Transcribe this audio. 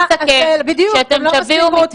זאת על מנת לפתח תרבות ולקדם תרבות